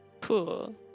Cool